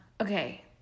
okay